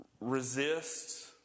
Resist